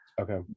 Okay